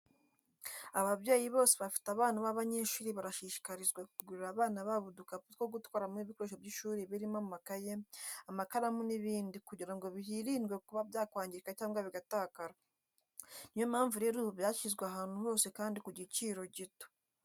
Ababyeyi bose bafite abana b'abanyeshuri barashishikarizwa kugurira abana babo udukapu two gutwaramo ibikoresho by'ishuri birimo amakayi, amakaramu n'ibindi kugira ngo hirindwe kuba byakangirika cyangwa bigatakara, niyo mpamvu rero ubu byashyizwe ahantu hose kandi ku giciro gito.